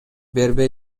бербей